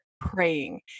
praying